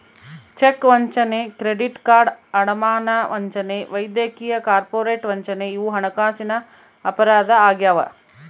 check ವಂಚನೆ credit card ಅಡಮಾನ ವಂಚನೆ ವೈದ್ಯಕೀಯ ಕಾರ್ಪೊರೇಟ್ ವಂಚನೆ ಇವು ಹಣಕಾಸಿನ ಅಪರಾಧ ಆಗ್ಯಾವ